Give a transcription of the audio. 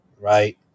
right